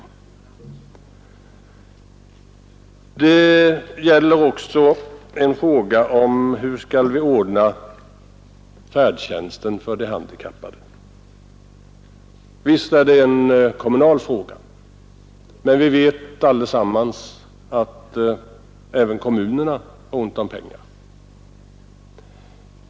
Det gäller också hur vi skall ordna färdtjänsten för de handikappade. Visst är detta en kommunal fråga, men vi vet allesammans att även kommunerna har ont om pengar.